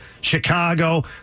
Chicago